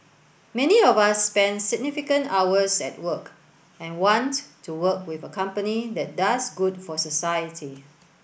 many of us spend significant hours at work and want to work with a company that does good for society